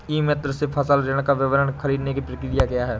ई मित्र से फसल ऋण का विवरण ख़रीदने की प्रक्रिया क्या है?